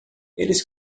eles